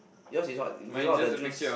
your is what without the juice